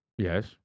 Yes